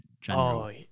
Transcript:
general